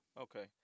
okay